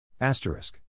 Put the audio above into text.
asterisk